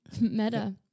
Meta